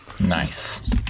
nice